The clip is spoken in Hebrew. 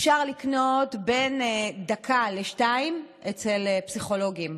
אפשר לקנות בין דקה לשתיים אצל פסיכולוגים,